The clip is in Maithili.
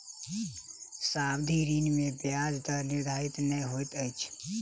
सावधि ऋण में ब्याज दर निर्धारित नै होइत अछि